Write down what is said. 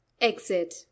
exit